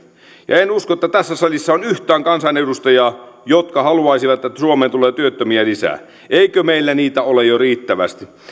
ja en usko että tässä salissa on yhtään kansanedustajaa joka haluaisi että suomeen tulee työttömiä lisää eikö meillä niitä ole jo riittävästi